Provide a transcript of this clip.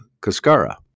cascara